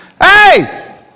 Hey